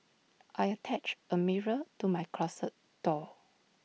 I attached A mirror to my closet door